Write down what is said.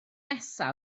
nesa